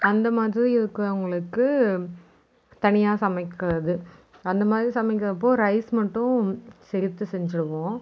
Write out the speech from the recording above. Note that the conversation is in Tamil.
அந்த மாதிரி இருக்கிறவங்களுக்கு தனியாக சமைக்கிறது அந்த மாதிரி சமைக்கிறப்போ ரைஸ் மட்டும் சேர்த்து செஞ்சிடுவோம்